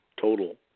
total